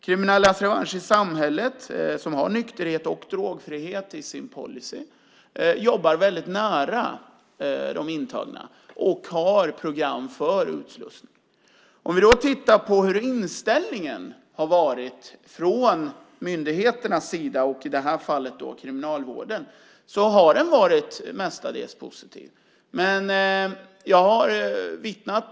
Kriminellas revansch i samhället som har nykterhet och drogfrihet i sin policy jobbar väldigt nära de intagna och har program för utslussning. Vi kan då titta på hur inställningen har varit från myndigheternas sida, i det här fallet Kriminalvården. Den har mestadels varit positiv.